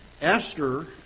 Esther